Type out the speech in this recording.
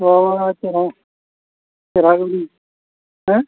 ᱦᱳᱭ ᱪᱮᱨᱦᱟ ᱛᱳᱣᱟ ᱜᱮᱞᱤᱧ ᱦᱮᱸ